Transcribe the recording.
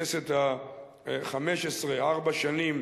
בכנסת החמש-עשרה, ארבע שנים,